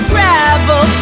Travel